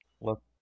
Look